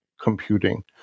computing